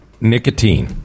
nicotine